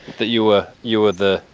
that you were you were the?